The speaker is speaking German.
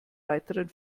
weiteren